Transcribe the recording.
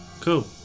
Cool